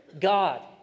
God